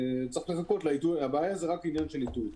צריך לחכות לעיתוי, הבעיה היא רק עניין של עיתוי,